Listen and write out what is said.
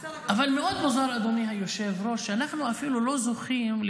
בסדר, אני אהיה בשקט, מאה אחוז,